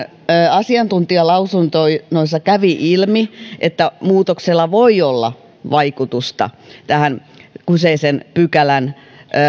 asiantuntijalausunnoissa kävi ilmi että muutoksella voi olla vaikutusta kyseisen pykälän